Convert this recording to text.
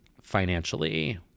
financially